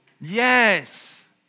yes